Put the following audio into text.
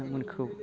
बिथांमोनखौ